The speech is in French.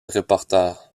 reporter